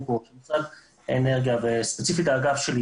פה: משרד האנרגיה וספציפית האגף שליל